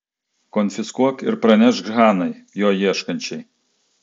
konfiskuok ir pranešk hanai jo ieškančiai